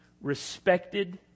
respected